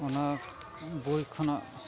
ᱚᱱᱟ ᱵᱳᱭ ᱠᱷᱚᱱᱟᱜ